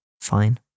fine